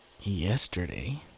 yesterday